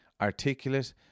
articulate